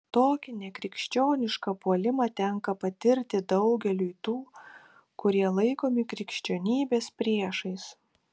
tokį nekrikščionišką puolimą tenka patirti daugeliui tų kurie laikomi krikščionybės priešais